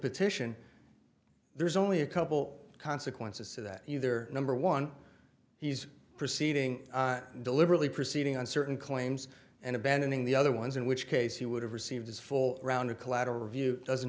petition there's only a couple consequences to that either number one he's proceeding deliberately proceeding on certain claims and abandoning the other ones in which case he would have received his full round of collateral review doesn't